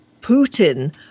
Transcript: Putin